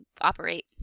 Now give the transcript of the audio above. operate